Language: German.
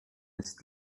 ist